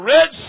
Red